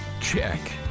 Check